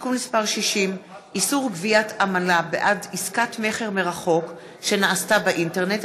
(תיקון מס' 60) (איסור גביית עמלה בעד עסקת מכר מרחוק שנעשתה באינטרנט),